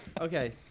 Okay